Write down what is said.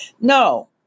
No